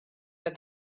but